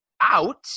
out